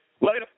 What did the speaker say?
Later